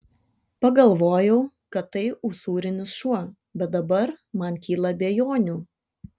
pagalvojau kad tai usūrinis šuo bet dabar man kyla abejonių